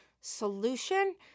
solution